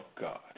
God